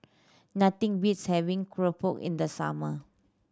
nothing beats having keropok in the summer